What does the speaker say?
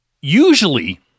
usually